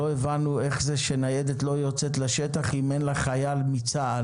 לא הבנו איך זה שניידת לא יוצאת לשטח אם אין לה חייל מצה"ל.